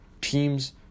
Teams